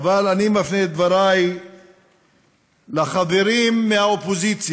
אני מפנה את דברי לחברים מהאופוזיציה,